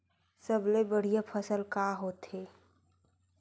सबले बढ़िया फसल का होथे?